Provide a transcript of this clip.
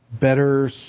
better